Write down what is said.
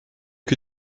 que